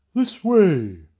this way,